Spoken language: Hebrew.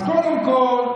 אז קודם כול,